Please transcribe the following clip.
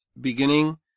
beginning